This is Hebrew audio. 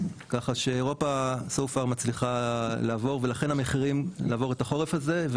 ככה שאירופה מצליחה לעבור את החורף הזה,